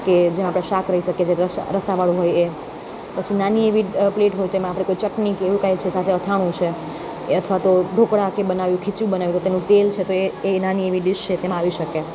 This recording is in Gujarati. કે જે આપણું શાક રહી શકે કે જે રસાવાળું હોય એ પછી નાની એવી પ્લેટ હોય તેમાં આપણે ચટણી કે એવું કઈ છે કે સાથે અથાણું છે અથવા તો ઢોકળા કે કંઈ બનાવ્યું હોય કે ખીચું બનાવ્યું હોય તેનું તેલ છે તો એ નાની એવી ડિશ છે તેમાં આવી શકે